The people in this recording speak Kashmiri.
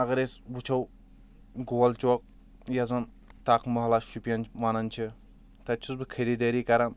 اگر أسۍ وٕچھو گول چوک یَتھ زَن تَک مُہلَہ شُپین وَنان چھِ تَتہِ چھُس بہٕ خریٖدٲری کَران